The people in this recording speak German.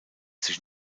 sich